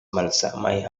malsamaj